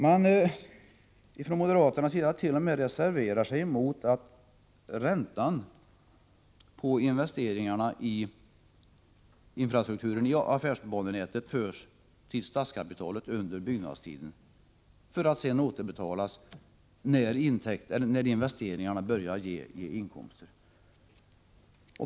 Moderaterna reserverar sig t.o.m. emot att räntan på investeringarna i infrastrukturen i affärsbanenätet förs till statskapitalet under byggnadstiden för att sedan återbetalas när investeringarna börjar ge inkomster.